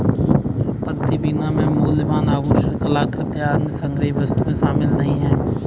संपत्ति बीमा में मूल्यवान आभूषण, कलाकृति, या अन्य संग्रहणीय वस्तुएं शामिल नहीं हैं